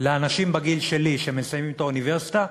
לאנשים בגיל שלי, שמסיימים את האוניברסיטה,